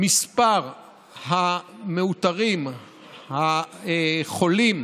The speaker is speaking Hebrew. מספר המאותרים החולים